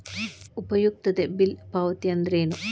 ಉಪಯುಕ್ತತೆ ಬಿಲ್ ಪಾವತಿ ಅಂದ್ರೇನು?